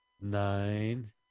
Nine